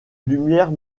lumière